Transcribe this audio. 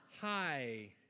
Hi